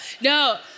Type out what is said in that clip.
No